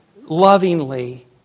lovingly